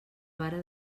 vara